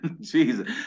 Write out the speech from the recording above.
Jesus